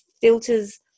filters